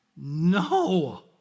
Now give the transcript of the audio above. No